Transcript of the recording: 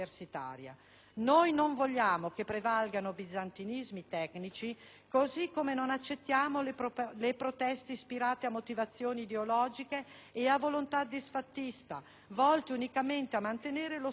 Noi non vogliamo che prevalgano bizantinismi tecnici, così come non accettiamo le proteste ispirate a motivazioni ideologiche e a volontà disfattista, volte unicamente a mantenere lo *status quo*.